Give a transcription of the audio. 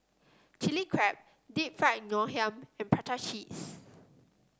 Chilli Crab Deep Fried Ngoh Hiang and Prata Cheese